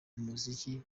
umuziki